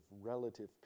relative